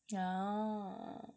yeah